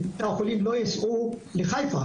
כך שהחולים לא ייסעו לחיפה,